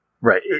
Right